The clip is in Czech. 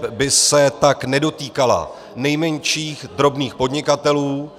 EET by se tak nedotýkala nejmenších drobných podnikatelů.